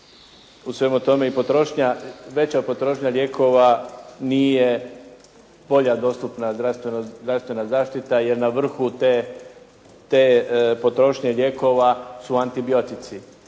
U svemu tome i potrošnja, veća potrošnja lijekova nije bolja dostupna zdravstvena zaštita jer na vrhu te potrošnje lijekova su antibiotici.